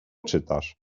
czytasz